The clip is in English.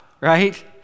right